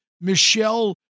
Michelle